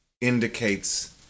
indicates